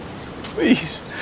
please